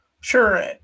Sure